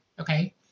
okay